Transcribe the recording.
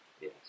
Yes